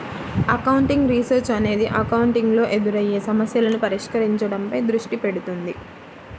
accounting research అనేది accounting లో ఎదురయ్యే సమస్యలను పరిష్కరించడంపై దృష్టి పెడుతుంది